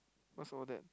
what's over there